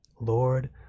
Lord